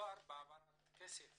שהמדובר בהעברת כסף